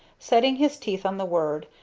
setting his teeth on the word,